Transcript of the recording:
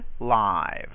live